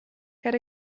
get